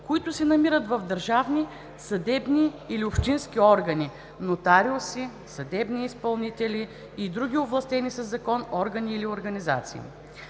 които се намират в държавни, съдебни или общински органи, нотариуси, съдебни изпълнители и в другите овластени със закон органи или организации.